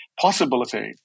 possibility